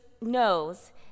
knows